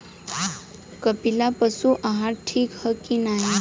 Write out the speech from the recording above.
कपिला पशु आहार ठीक ह कि नाही?